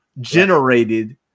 generated